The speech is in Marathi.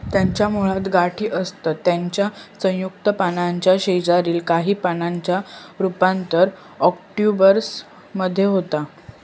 त्याच्या मुळात गाठी असतत त्याच्या संयुक्त पानाच्या शेजारील काही पानांचा रूपांतर प्रोट्युबरन्स मध्ये होता